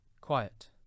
Quiet